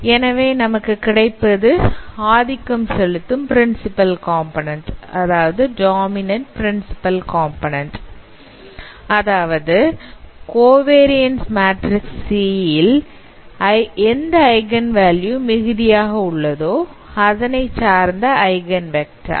எனவே நமக்கு கிடைப்பது ஆதிக்கம் செலுத்தும் பிரின்சிபல் காம்போநன்ண்ட் அதாவது கோவரியன்ஸ் மேட்ரிக்ஸ் C ல் எந்த ஐகன் வேல்யூ மிகுதியாக உள்ளதோ அதனைச் சார்ந்த ஐகன் வெக்டார்